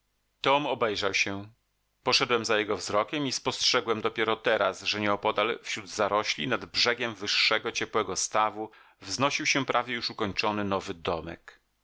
tom obejrzał się poszedłem za jego wzrokiem i spostrzegłem dopiero teraz że nieopodal wśród zarośli nad brzegiem wyższego ciepłego stawu wznosił się prawie już ukończony nowy domek